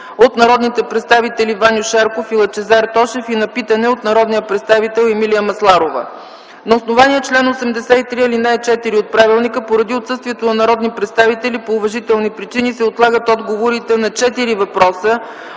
от народните представители Ваньо Шарков и Лъчезар Тошев, и на питане от народния представител Емилия Масларова. На основание чл. 83, ал. 4 от Правилника поради отсъствието на народни представители по уважителни причини се отлагат отговорите на четири въпроса